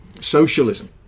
socialism